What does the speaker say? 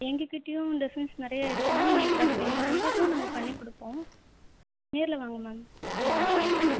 எங்கக்கிட்டையும் designs நிறைய இருக்குது ma'am நீ பட் நீங்கள் சொல்கிறது நாங்கள் பண்ணி கொடுப்போம் நேரில் வாங்க மேம் ம் பார்த்துக்கலாம்